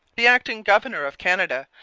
the acting-governor of canada,